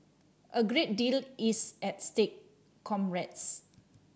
a great deal is at stake comrades